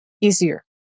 easier